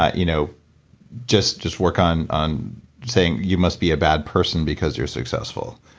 ah you know just just work on on saying, you must be a bad person because you're successful.